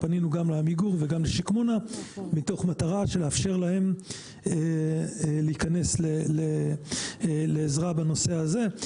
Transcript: פנינו גם לעמיגור וגם לשקמונה במטרה לאפשר להן להיכנס לעזרה בנושא הזה.